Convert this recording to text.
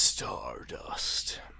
Stardust